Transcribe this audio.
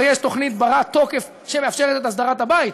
יש תוכנית בת-תוקף שמאפשרת את הסדרת הבית,